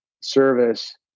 service